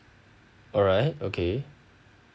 alright okay